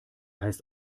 heißt